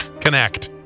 Connect